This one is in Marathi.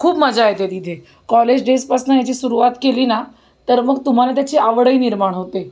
खूप मजा येते तिथे कॉलेज डेजपासनं याची सुरुवात केली ना तर मग तुम्हाला त्याची आवडही निर्माण होते